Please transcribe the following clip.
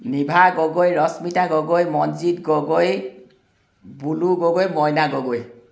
Nibha Gogoi Rashmita Gogoi Manjit Gogoi Bulu Gogoi Maina Gogoi